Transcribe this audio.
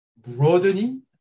broadening